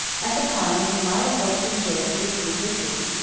at the time when he might have hoped to enjoy the fruits of his victory,